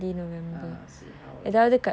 ah see how lah